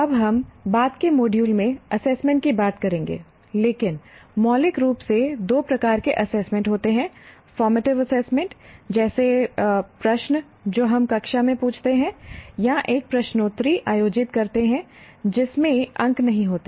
अब हम बाद के मॉड्यूल में एसेसमेंट की बात करेंगे लेकिन मौलिक रूप से दो प्रकार के एसेसमेंट होते हैं फॉर्मेटिव एसेसमेंट जैसे प्रश्न जो हम कक्षा में पूछते हैं या एक प्रश्नोत्तरी आयोजित करते हैं जिसमें अंक नहीं होते हैं